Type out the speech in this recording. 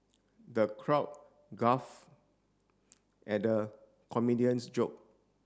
the crowd guff at the comedian's joke